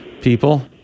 people